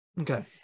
Okay